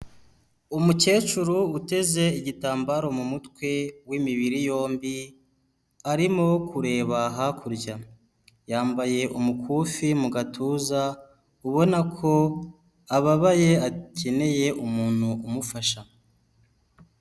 Umukecuru uteze igitambaro mu mutwe w'imibiri yombi arimo kureba hakurya, yambaye umukufi mu gatuza ubona ko ababaye akeneye umuntu umufasha.